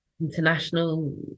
international